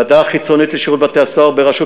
ועדה חיצונית לשירות בתי-הסוהר בראשות